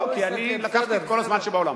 לא, כי אני לקחתי את כל הזמן שבעולם.